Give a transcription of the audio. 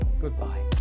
goodbye